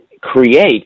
create